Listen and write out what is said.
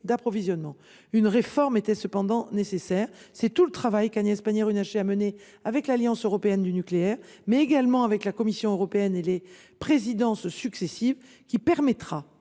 d’approvisionnement. Une réforme était toutefois nécessaire. C’est tout le travail mené par Agnès Pannier Runacher avec l’Alliance européenne du nucléaire, mais également avec la Commission européenne et avec les présidences successives, qui permettra